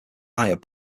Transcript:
higher